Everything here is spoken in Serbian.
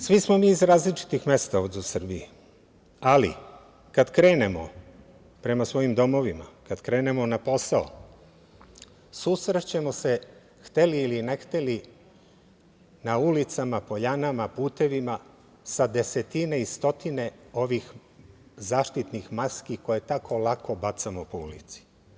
Svi smo mi iz različitih mesta ovde u Srbiji, ali kada krenemo prema svojim domovima, kada krenemo na posao, susrešćemo se, hteli ili ne hteli, na ulicama, poljanama, putevima, sa desetine i stotine ovih zaštitnih maski koje tako lako bacamo po ulici.